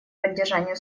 поддержанию